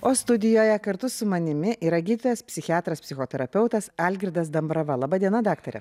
o studijoje kartu su manimi yra gydytojas psichiatras psichoterapeutas algirdas dambrava laba diena daktare